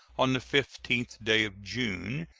on the fifteenth day of june,